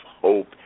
hope